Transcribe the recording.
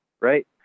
right